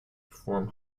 perform